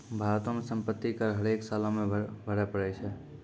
भारतो मे सम्पति कर हरेक सालो मे भरे पड़ै छै